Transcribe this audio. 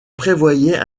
prévoyaient